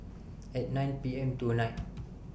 At nine P M tonight